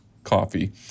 Coffee